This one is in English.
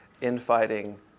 infighting